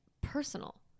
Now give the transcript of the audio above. personal